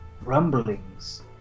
rumblings